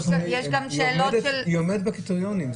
היא עומדת בקריטריונים,